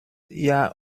ihr